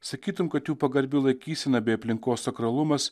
sakytum kad jų pagarbi laikysena bei aplinkos sakralumas